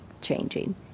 changing